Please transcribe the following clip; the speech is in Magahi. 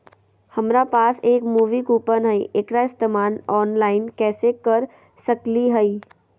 हमरा पास एक मूवी कूपन हई, एकरा इस्तेमाल ऑनलाइन कैसे कर सकली हई?